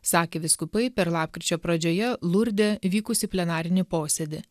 sakė vyskupai per lapkričio pradžioje lurde vykusį plenarinį posėdį